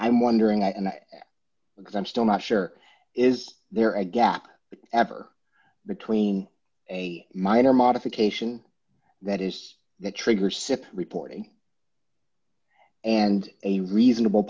i'm wondering that and then still not sure is there a gap ever between a minor modification that is the trigger sip reporting and a reasonable